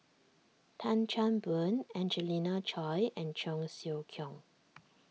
Tan Chan Boon Angelina Choy and Cheong Siew Keong